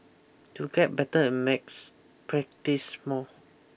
to get better at maths practise more